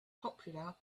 popular